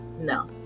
No